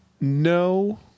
no